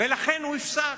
ולכן הוא הופסק.